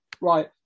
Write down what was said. right